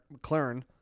McLaren